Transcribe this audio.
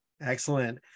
Excellent